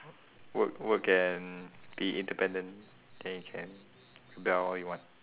work work and be independent then you can do whatever you want